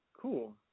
Cool